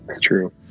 true